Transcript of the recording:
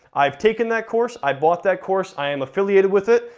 i've taken that course, i bought that course, i am affiliated with it,